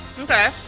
Okay